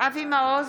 אבי מעוז,